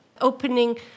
opening